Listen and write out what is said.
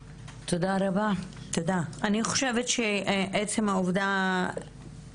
את מביאה פה גם בואי נגיד זווית חדשה שמדברת על